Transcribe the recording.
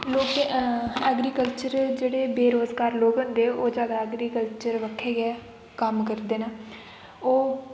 लोकें एग्रीकल्चर च जेह्ड़े बेरोजगार लोक होंदे ओह् जादै एग्रीकल्चर उत्थें गै कम्म करदे न ओह्